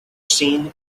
seen